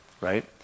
right